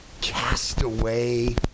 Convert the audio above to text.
castaway